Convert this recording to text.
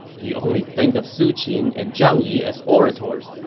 you only think of su qin and zhang yi as orators,